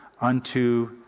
unto